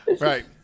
Right